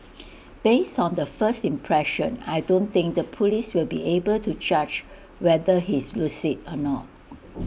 based on the first impression I don't think the Police will be able to judge whether he's lucid or not